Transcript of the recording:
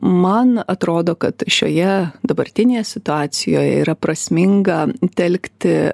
man atrodo kad šioje dabartinėje situacijoj yra prasminga telkti